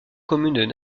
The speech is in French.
communes